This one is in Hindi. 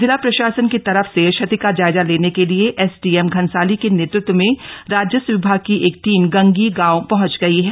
जिला प्रशासन की तरफ से क्षति का जायजा लेने के लिए एसडीएम घनसाली के नेतृत्व में राजस्व विभाग की एक टीम गंगी गांव पहंच गई है